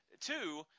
two